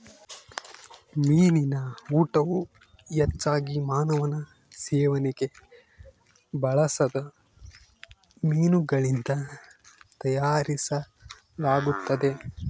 ಮೀನಿನ ಊಟವು ಹೆಚ್ಚಾಗಿ ಮಾನವನ ಸೇವನೆಗೆ ಬಳಸದ ಮೀನುಗಳಿಂದ ತಯಾರಿಸಲಾಗುತ್ತದೆ